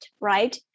right